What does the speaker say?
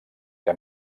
que